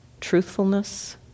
truthfulness